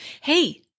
Hey